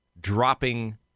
dropping